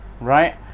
right